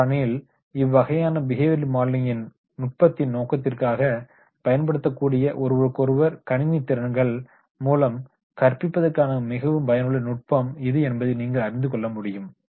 இவ்வாறான நிலையில் இவ்வகையான பிஹேவியர் மாடலிங்யின் நுட்பத்தின் நோக்கத்திற்காகப் பயன்படுத்தக்கூடிய ஒருவருக்கொருவர் கணினி திறன்கள் முலம் கற்பிப்பதற்கான மிகவும் பயனுள்ள நுட்பம் இது என்பதை நீங்கள் அறிந்துகொள்ள முடியும்